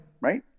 right